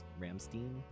Ramstein